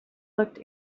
looked